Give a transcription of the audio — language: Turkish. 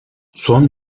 son